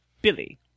billy